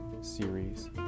series